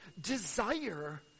desire